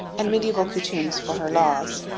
and mediaeval coutumes for her laws.